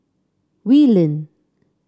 Wee Lin